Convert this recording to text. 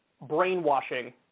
brainwashing